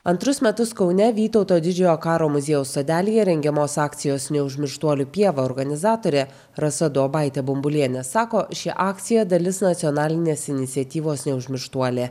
antrus metus kaune vytauto didžiojo karo muziejaus sodelyje rengiamos akcijos neužmirštuolių pieva organizatorė rasa duobaitė bumbulienė sako ši akcija dalis nacionalinės iniciatyvos neužmirštuolė